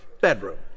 bedroom